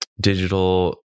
Digital